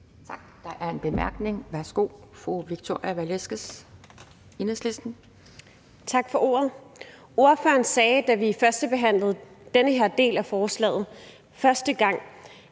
Tak. Der er en bemærkning. Værsgo, fru Victoria Velasquez, Enhedslisten. Kl. 10:23 Victoria Velasquez (EL): Tak for ordet. Ordføreren sagde, da vi førstebehandlede den her del af forslaget første gang,